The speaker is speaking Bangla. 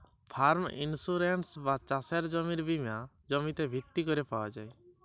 ফার্ম ইন্সুরেন্স বা চাসের জমির বীমা জমিতে ভিত্তি ক্যরে পাওয়া যায়